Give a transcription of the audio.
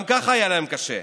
גם ככה היה להם קשה.